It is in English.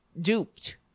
duped